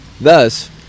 Thus